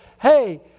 hey